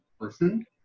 person